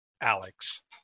Alex